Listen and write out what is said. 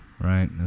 right